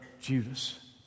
Judas